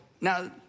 Now